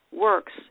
works